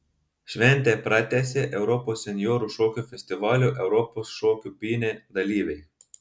šventę pratęsė europos senjorų šokių festivalio europos šokių pynė dalyviai